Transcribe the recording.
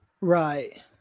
right